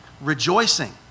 Rejoicing